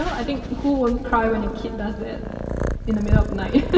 i think. who wouldn't cry when your kid does that in the middle of night?